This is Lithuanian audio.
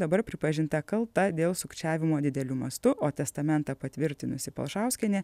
dabar pripažinta kalta dėl sukčiavimo dideliu mastu o testamentą patvirtinusi palšauskienė